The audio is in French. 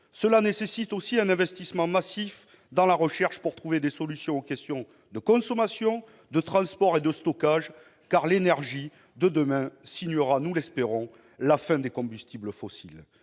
d'investir massivement dans la recherche, pour trouver des solutions aux questions de consommation, de transport et de stockage, car l'énergie de demain signera- nous l'espérons -la fin des combustibles fossiles.